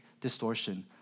distortion